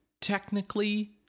technically